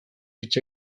hitz